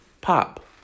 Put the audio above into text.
Pop